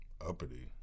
uppity